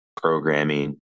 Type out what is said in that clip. programming